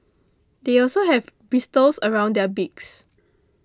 they also have bristles around their beaks